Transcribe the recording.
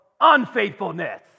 unfaithfulness